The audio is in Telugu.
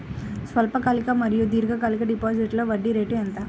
స్వల్పకాలిక మరియు దీర్ఘకాలిక డిపోజిట్స్లో వడ్డీ రేటు ఎంత?